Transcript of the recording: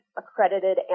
accredited